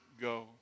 go